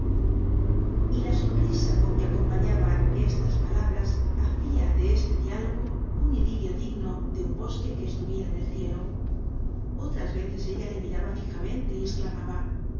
y la sonrisa con que acompañaba estas palabras hacia de este diálogo un idilio digno de un bosque que estuviera en el cielo otras veces ella le miraba fijamente y esclamaba